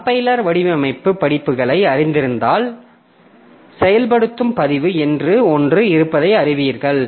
compiler வடிவமைப்பு படிப்புகளை அறிந்திருந்தால் செயல்படுத்தும் பதிவு என்று ஒன்று இருப்பதை அறிவீர்கள்